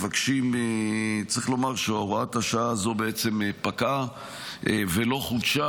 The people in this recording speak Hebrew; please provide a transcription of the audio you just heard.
צריך לומר שהוראת השעה הזאת פקעה ולא חודשה,